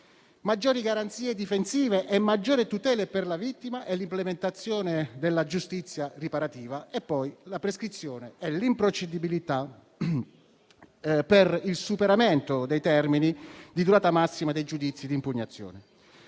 maggiori garanzie difensive e maggiori tutele per la vittima e l'implementazione della giustizia riparativa e poi la prescrizione e l'improcedibilità per il superamento dei termini di durata massima dei giudizi di impugnazione.